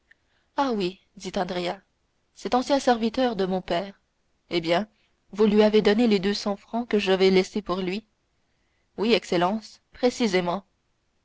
ah oui dit andrea cet ancien serviteur de mon père eh bien vous lui avez donné les deux cents francs que j'avais laissés pour lui oui excellence précisément